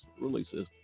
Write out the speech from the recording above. releases